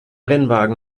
rennwagen